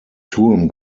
turm